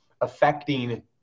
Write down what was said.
affecting